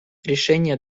решения